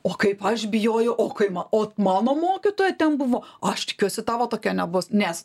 o kaip aš bijojau o kaip man ot mano mokytoja ten buvo aš tikiuosi tavo tokia nebus nes